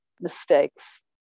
mistakes